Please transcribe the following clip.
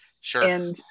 Sure